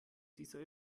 dieser